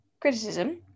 criticism